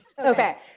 Okay